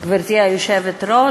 גברתי היושבת-ראש,